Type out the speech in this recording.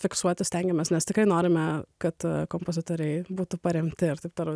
fiksuoti stengiamės nes tikrai norime kad kompozitoriai būtų paremti ir taip toliau